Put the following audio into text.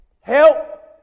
Help